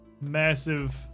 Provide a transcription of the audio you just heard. massive